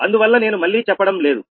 అందువల్ల నేను మళ్లీ చెప్పడం లేదు